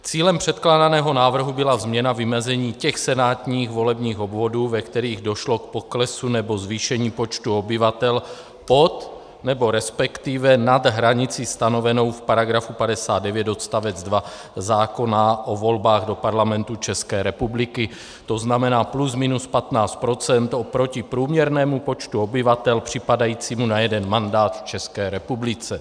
Cílem předkládaného návrhu byla změna vymezení těch senátních volebních obvodů, ve kterých došlo k poklesu nebo zvýšení počtu obyvatel pod, nebo resp. nad hranici stanovenou v § 59 odst. 2 zákona o volbách do Parlamentu České republiky, to znamená plus minus 15 % oproti průměrnému počtu obyvatel připadajícímu na jeden mandát v České republice.